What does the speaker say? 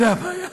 זאת הבעיה.